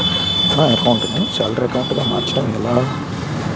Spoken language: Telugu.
నా అకౌంట్ ను సాలరీ అకౌంట్ గా మార్చటం ఎలా?